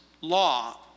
law